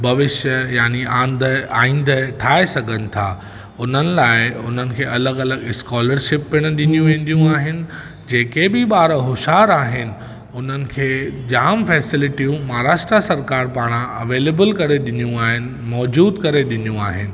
भविष्य याने आईंदह ठाहे सघनि था हुननि लाइ हुननि खे अलॻि अलॻि स्कॉलरशिप पिण ॾिनियूं वेंदियूं आहिनि जेके बि ॿार होशियारु आहिनि उन्हनि खे जाम फैसिलिटियूं महाराष्ट्रा सरकारि पाण अवेलेबल करे ॾिनियूं आहिनि मौजूदु करे ॾिनियूं आहिनि